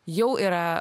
jau yra